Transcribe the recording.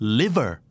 liver